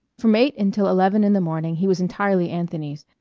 from eight until eleven in the morning he was entirely anthony's.